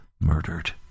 murdered